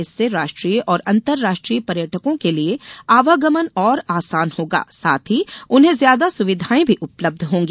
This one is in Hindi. इससे राष्ट्रीय और अंतराष्ट्रीय पर्यटकों के लिये आवागमन और आसान होगा साथ ही उन्हें ज्यादा सुविधाएं भी उपलब्ध होंगी